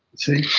see,